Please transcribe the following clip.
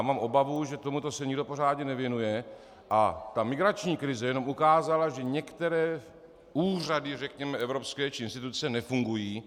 Mám obavu, že tomuto se nikdo pořádně nevěnuje, a migrační krize jenom ukázala, že některé úřady, řekněme, evropské či instituce nefungují.